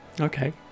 Okay